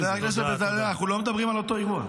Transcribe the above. חבר הכנסת בצלאל, אנחנו לא מדברים על אותו אירוע.